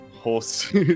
Horse